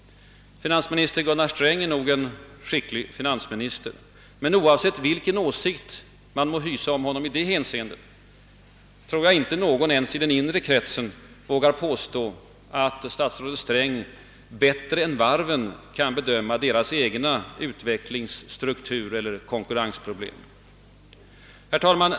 Finansminister Gunnar Sträng är nog en skicklig finansminister, men oavsett vilken åsikt man må hysa om honom i det hänseendet tror jag inte att någon, ens i den inre kretsen, vågar påstå att statsrådet Sträng bättre än varven kan kan bedöma deras egna utvecklings-, struktureller konkurrensproblem. Herr talman!